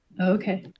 Okay